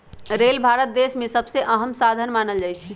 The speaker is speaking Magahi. रेल भारत देश में सबसे अहम साधन मानल जाई छई